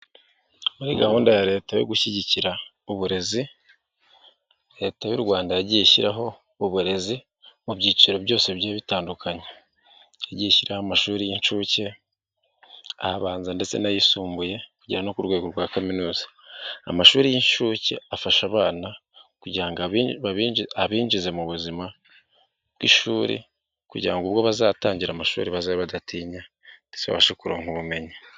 Muri gahunda ya leta yo gushyigikira uburezi, leta y'u Rwanda yagiye ishyiraho uburezi mu byiciro byose bijye bitandukanye. Yagiye ishyiraho amashuri y'inshuke, abanza ndetse n'ayisumbuye bigera no ku rwego rwa kaminuza. Amashuri y'inshuke afasha abana kugira ngo abinjize mu buzima bw'ishuri kugira ubwo bazatangire amashuri bazabe badatinya ndetse babashe kunguka ubumenyi,